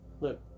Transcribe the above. Look